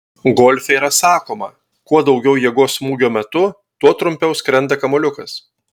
golfe yra sakoma kuo daugiau jėgos smūgio metu tuo trumpiau skrenda kamuoliukas